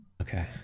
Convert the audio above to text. Okay